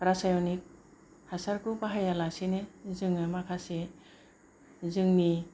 रासायनिक हासारखौ बाहायालासेनो जोङो माखासे जोंनि